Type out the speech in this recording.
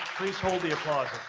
please hold the applause's.